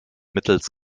mittels